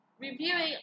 Reviewing